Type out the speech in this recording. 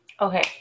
Okay